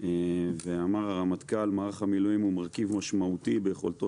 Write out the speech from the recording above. ואמר הרמטכ"ל: "מערך המילואים הוא מרכיב משמעותי ביכולתו